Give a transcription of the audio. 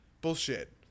bullshit